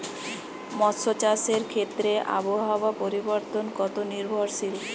মৎস্য চাষের ক্ষেত্রে আবহাওয়া পরিবর্তন কত নির্ভরশীল?